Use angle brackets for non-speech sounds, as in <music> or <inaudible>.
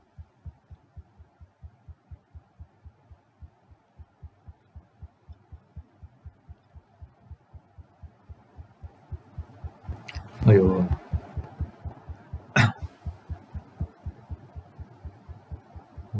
<noise> !aiyo! <coughs>